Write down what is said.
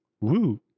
Woo